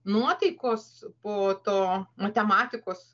nuotaikos po to matematikos